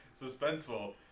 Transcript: suspenseful